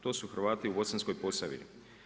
To su Hrvati u Bosanskoj Posavini.